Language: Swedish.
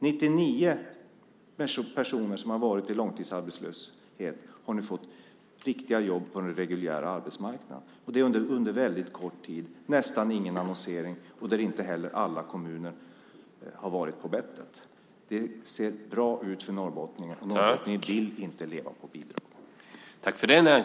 99 personer som varit långtidsarbetslösa har nu fått riktiga jobb på den reguljära arbetsmarknaden, detta under en väldigt kort tid med nästan ingen annonsering och där inte heller alla kommuner har varit på bettet. Det ser bra ut för Norrbotten, och norrbottningarna vill inte leva på bidrag.